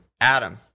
Adam